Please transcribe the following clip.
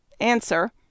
Answer